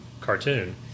cartoon